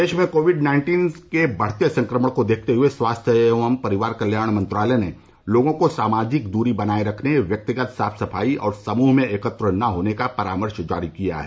देश में covid nineteen के बढ़ते संक्रमण को देखते हुए स्वास्थ्य एवं परिवार कल्याण मंत्रालय ने लोगों को सामाजिक दूरी बनाए रखने व्यक्तिगत साफ सफाई और समूह में एकत्र न होने का परामर्श जारी किया है